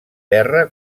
terra